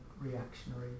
reactionary